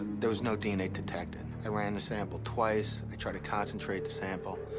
there was no dna detected. i ran the sample twice. i tried to concentrate the sample.